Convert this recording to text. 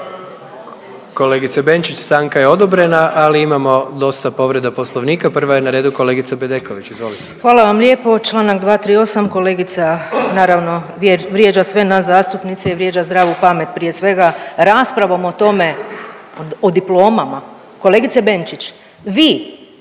Kolegice Benčić stanka je odobrena, ali imamo dosta povreda Poslovnika. Prva je na redu kolegica Bedeković, izvolite. **Bedeković, Vesna (HDZ)** Hvala vam lijepo. Članak 238., kolegica naravno vrijeđa sve nas zastupnice i vrijeđa zdravu pamet prije svega raspravom o tome, o diplomama. Kolegice Benčić vi